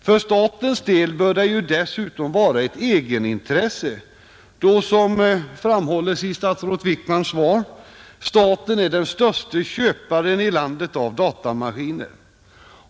För statens del bör det dessutom vara ett egenintresse, då — som framhålles i statsrådet Wickmans svar — staten är den störste köparen i landet av datamaskiner.